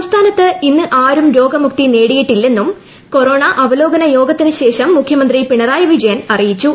സംസ്ഥാനത്ത് ഇന്ന് ആരും രോഗമുക്തി നേടിയിട്ടീല്ലെന്നും കൊറോണ അവലോകന യോഗത്തിനു ശേഷം മുഖ്യമന്ത്രി പിണറായി വിജയൻ അറിയിച്ചു